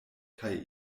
kaj